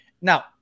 Now